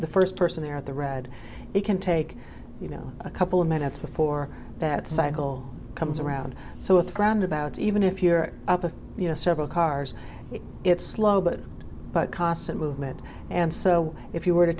the first person there at the red you can take you know a couple of minutes before that cycle comes around so with roundabouts even if you're up a you know several cars it's slow but but costs and movement and so if you were